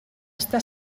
està